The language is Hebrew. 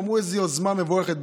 אמרו: איזו יוזמה מבורכת.